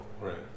Right